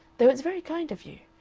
though it's very kind of you.